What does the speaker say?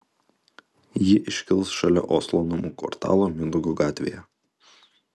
ji iškils šalia oslo namų kvartalo mindaugo gatvėje